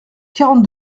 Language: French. quarante